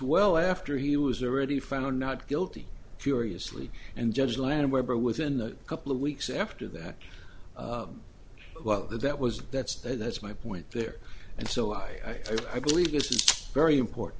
well after he was already found not guilty furiously and judge lanham webber within a couple of weeks after that well that was that's that's my point there and so i i believe this is very important